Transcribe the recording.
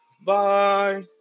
Bye